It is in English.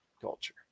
Culture